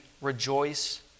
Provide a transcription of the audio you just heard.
rejoice